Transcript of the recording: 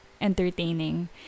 entertaining